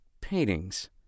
paintings